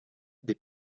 des